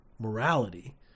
morality